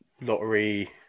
lottery